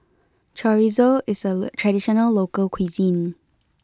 Chorizo is a traditional local cuisine